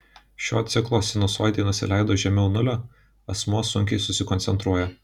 šio ciklo sinusoidei nusileidus žemiau nulio asmuo sunkiai susikoncentruoja